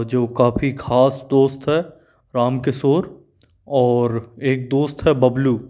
जो काफ़ी खास दोस्त है राम किशोर और एक दोस्त है बबलू